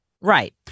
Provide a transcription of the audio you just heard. Right